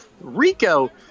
Rico